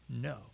No